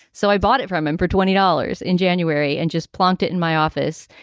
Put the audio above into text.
so i bought it from him for twenty dollars in january and just plonked it in my office.